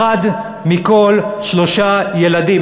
אחד מכל שלושה ילדים,